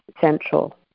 central